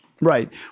right